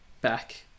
back